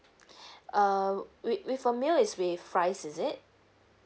err wi~ with a meal is with fries is it